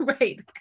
Right